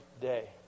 day